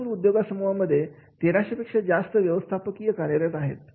बल्लारपूर उद्योगसमुहा मध्ये तेराशे पेक्षा जास्त व्यवस्थापकीय कार्य आहेत